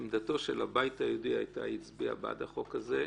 עמדתו של הבית היהודי היתה להצביע בעד החוק הזה,